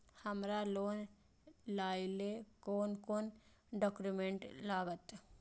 हमरा लोन लाइले कोन कोन डॉक्यूमेंट लागत?